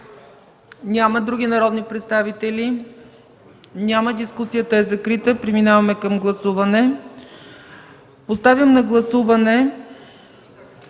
Няма. Други народни представители? Няма. Дискусията е закрита. Преминаваме към гласуване. Поставям на гласуване